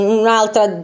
un'altra